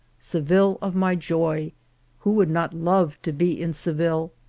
seville of my joy who would not love to be in seville,